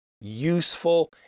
useful